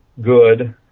good